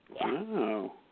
Wow